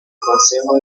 consejo